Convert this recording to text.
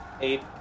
eight